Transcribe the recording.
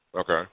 Okay